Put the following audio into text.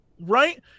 Right